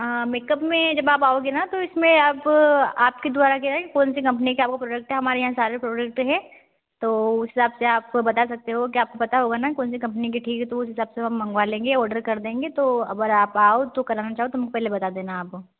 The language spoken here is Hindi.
मेकअप में जब आप आओगे न तो इसमें अब आपके द्वारा क्या है कौन सी कम्पनी का वो प्रोडक्ट है हमारे यहाँ सारे प्रोडक्ट है तो उस हिसाब से आप बता सकते हो कि आपको पता होगा ना कौन सी कम्पनी के ठीक हैं तो उस हिसाब से हम मंगावा लेंगे ऑर्डर कर देंगे तो अगर आप आओ तो कल आना चाहो तो पहले बता देना आप